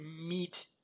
meet